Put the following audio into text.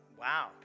wow